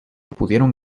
pudieron